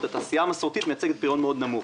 בעוד התעשייה המסורתית מייצגת פריון מאוד נמוך.